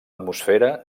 atmosfera